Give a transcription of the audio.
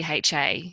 DHA